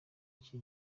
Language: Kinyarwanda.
iki